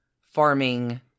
farming